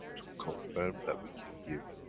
to confirm that we can give.